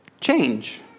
Change